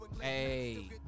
Hey